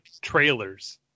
trailers